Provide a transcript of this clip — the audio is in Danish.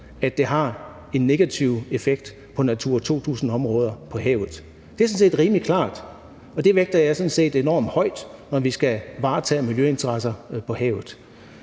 at det har en negativ effekt på Natura 2000-områder på havet. Det er sådan set rimelig klart, og det vægter jeg sådan set enormt højt, når vi skal varetage miljøinteresser på havet.